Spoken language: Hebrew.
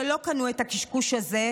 שלא קנו את הקשקוש הזה,